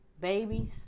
Babies